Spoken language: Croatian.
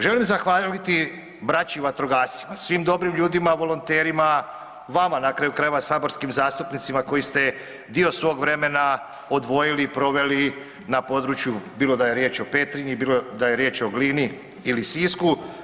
Želim zahvaliti braći vatrogascima, svim dobrim ljudima volonterima, vama na kraju krajeva saborskim zastupnicima koji ste dio svog vremena odvojili i proveli na području bilo da je riječ o Petrinji, bilo da je riječ o Glini ili Sisku.